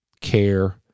care